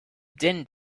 din